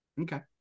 Okay